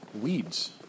weeds